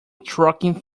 trucking